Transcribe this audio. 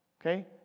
Okay